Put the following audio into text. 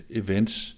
events